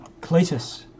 Cletus